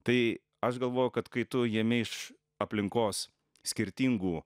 tai aš galvoju kad kai tu jimi iš aplinkos skirtingų